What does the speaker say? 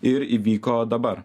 ir įvyko dabar